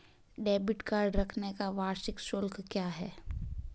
Debit card रखने का वार्षिक शुल्क क्या है?